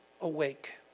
awake